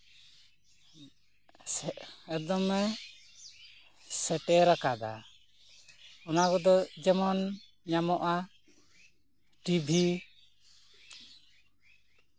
ᱥᱮ ᱮᱠᱫᱚᱢᱮ ᱥᱮᱴᱮᱨᱟᱠᱟᱫᱟ ᱚᱱᱟ ᱠᱚᱫᱚ ᱡᱮᱢᱚᱱ ᱧᱟᱢᱚᱜᱼᱟ ᱴᱤᱵᱷᱤ